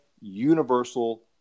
universal